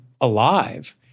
alive